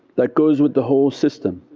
that goes with the whole system